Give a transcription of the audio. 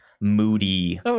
moody